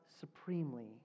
supremely